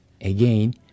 again